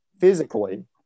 physically